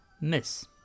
miss